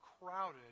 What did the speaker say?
crowded